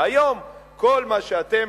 והיום, כל מה שאתם